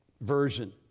version